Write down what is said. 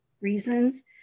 reasons